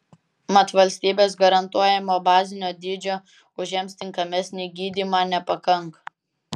mat valstybės garantuojamo bazinio dydžio už jiems tinkamesnį gydymą nepakanka